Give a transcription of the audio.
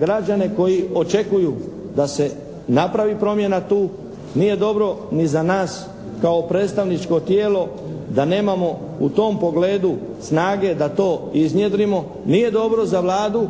građane koji očekuju da se napravi promjena tu. Nije dobro ni za nas kao predstavničko tijelo, da nemamo u tom pogledu snage da to iznjedrimo. Nije dobro za Vladu